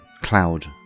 cloud